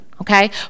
okay